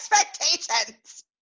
expectations